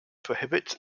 prohibits